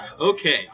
Okay